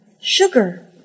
Sugar